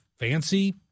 Fancy